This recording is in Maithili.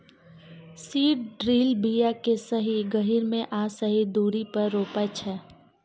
सीड ड्रील बीया केँ सही गहीर मे आ सही दुरी पर रोपय छै